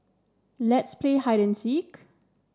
let's play hide and seek